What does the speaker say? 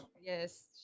Yes